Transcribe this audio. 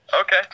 Okay